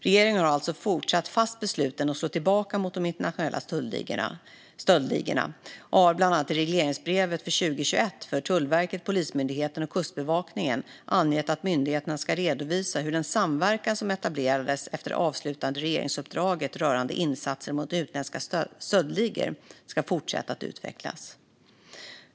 Regeringen är alltså fortsatt fast besluten att slå tillbaka mot de internationella stöldligorna och har bland annat i regleringsbreven för 2021 för Tullverket, Polismyndigheten och Kustbevakningen angett att myndigheterna ska redovisa hur den samverkan som etablerats efter det avslutade regeringsuppdraget rörande insatser mot utländska stöldligor har fortsatt att utvecklas.